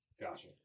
gotcha